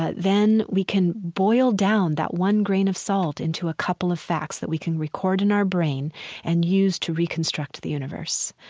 ah then we can boil down that one grain of salt into a couple of facts that we can record in our brain and use to reconstruct the universe.